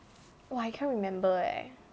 !wah! I can't remember eh